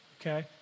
Okay